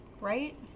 right